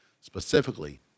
specifically